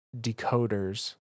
decoders